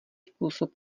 způsob